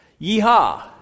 Yeehaw